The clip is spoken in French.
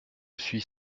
suis